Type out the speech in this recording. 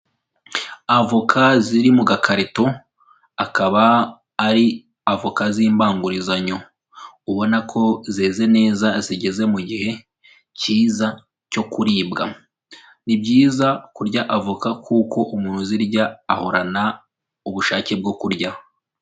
Avoka ziri mu gakarito, akaba ari avoka z'imbangurizanyo, ubona ko zeze neza, zigeze mu gihe cyiza cyo kuribwa. Ni byiza kurya avoka kuko umuntu uzirya ahorana ubushake bwo kurya.